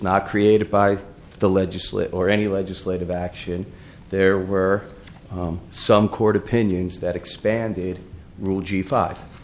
not created by the legislature or any legislative action there were some court opinions that expand the rule g five